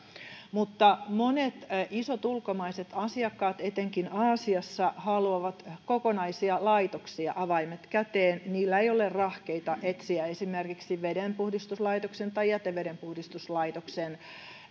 mutta monet isot ulkomaiset asiakkaat etenkin aasiassa haluavat kokonaisia laitoksia avaimet käteen niillä ei ole rahkeita etsiä esimerkiksi vedenpuhdistuslaitoksen tai jätevedenpuhdistuslaitoksen